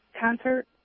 concert